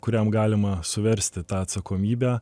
kuriam galima suversti tą atsakomybę